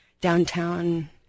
downtown